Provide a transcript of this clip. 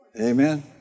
Amen